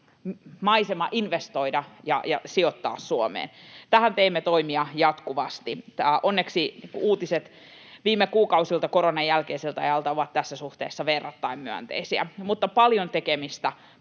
maisema investoida ja sijoittaa Suomeen. Tähän teemme toimia jatkuvasti. Onneksi uutiset viime kuukausilta koronan jälkeiseltä ajalta ovat tässä suhteessa verrattain myönteisiä. Mutta paljon tekemistä